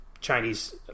Chinese